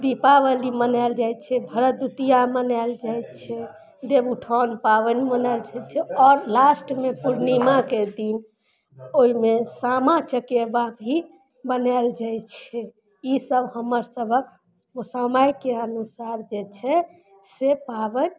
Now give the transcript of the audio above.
दीपावली मनाओल जाइ छै भरद्वतिया मनाओल जाइ छै देवउठान पाबनि मनाओल जाइ छै आओर लास्टमे पूर्णिमाके दिन ओइमे सामा चकेबा भी मनाओल जाइ छै ई सब हमर सबक समयके अनुसार जे छै से पाबनि